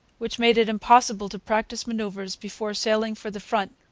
which made it impossible to practise manoeuvres before sailing for the front.